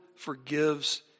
forgives